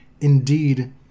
Indeed